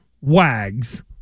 WAGs